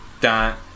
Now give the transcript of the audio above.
dun